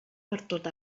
pertot